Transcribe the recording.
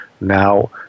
now